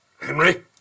Henry